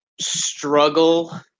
struggle